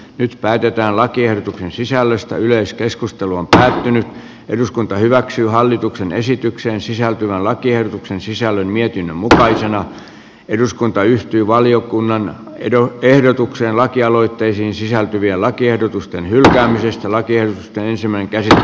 nyt päätetään lakiehdotuksen sisällöstä yleiskeskustelua käytiin eduskunta hyväksyy hallituksen esitykseen sisältyvän lakiehdotuksen sisällön mietinnön mukaisena eduskunta yhtyi valiokunnan edun ehdotukseen lakialoitteisiin sisältyviä lakiehdotusten hylkäämisestä lakien löysemmän käsillä